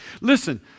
Listen